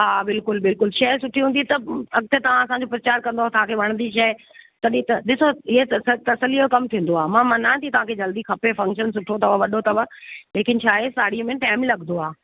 हा बिल्कुलु बिल्कुलु शइ सुठी हूंदी त अॻिते तव्हां असांजो प्रचार कंदव तव्हांखे वणंदी शइ तॾहिं त ॾिसो ईअ त त तसल्लीअ जो कम थींदो आहे मां मञा थी तव्हांखे जल्दी खपे फ़क्शन सुठो अथव वॾो अथव लेकिन छा आहे साड़ीअ में टाइम लगदो आहे